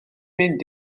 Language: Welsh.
mynd